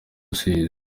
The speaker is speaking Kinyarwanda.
rusizi